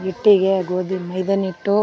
ಹಿಟ್ಟಿಗೆ ಗೋಧಿ ಮೈದಾ ಹಿಟ್ಟು